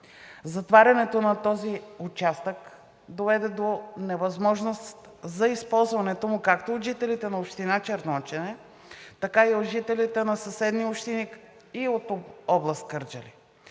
Затварянето на този участък доведе до невъзможност за използването му както от жителите на община Черноочене, така и от жителите на съседни общини и от област Кърджали.